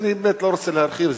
ואני באמת לא רוצה להרחיב,